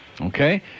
Okay